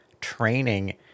training